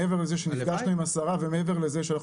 מעבר לזה שנפגשנו עם השרה ומעבר לזה שאנחנו